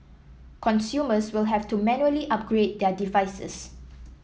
consumers will have to manually upgrade their devices